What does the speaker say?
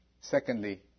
Secondly